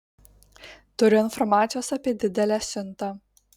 turiu informacijos apie didelę siuntą